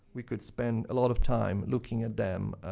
we could spend a lot of time looking at them,